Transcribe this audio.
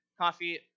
coffee